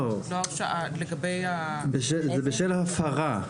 לא, זה בשל ההפרה.